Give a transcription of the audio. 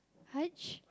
Haj